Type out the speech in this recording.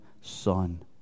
son